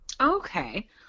Okay